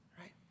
Right